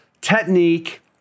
technique